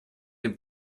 dem